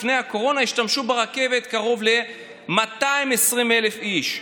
כל יום לפני הקורונה השתמשו ברכבת קרוב ל-220,000 איש.